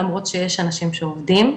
למרות שיש אנשים שעובדים.